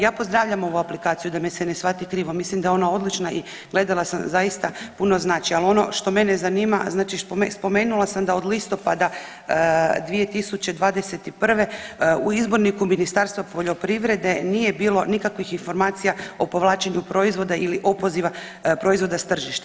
Ja pozdravljam ovu aplikaciju da me se ne shvati krivo, mislim da je ona odlična i gledala sam zaista puno znači, ali ono što mene zanima znači spomenula sam da od listopada 2021. u izborniku Ministarstva poljoprivrede nije bilo nikakvih informacija o povlačenju proizvoda ili opoziva proizvoda s tržišta.